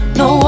no